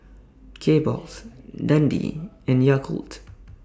Kbox Dundee and Yakult